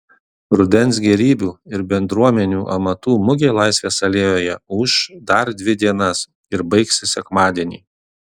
rudens gėrybių ir bendruomenių amatų mugė laisvės alėjoje ūš dar dvi dienas ir baigsis sekmadienį